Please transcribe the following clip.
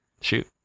Shoot